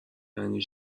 یعنی